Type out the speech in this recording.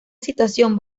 situación